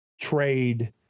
trade